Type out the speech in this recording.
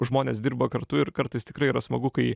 žmonės dirba kartu ir kartais tikrai yra smagu kai